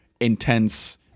intense